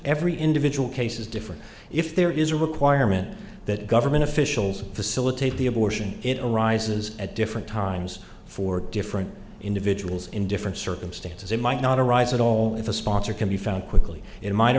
every individual case is different if there is a requirement that government officials facilitate the abortion it arises at different times for different individuals in different circumstances it might not arise at all if a sponsor can be found quickly it mi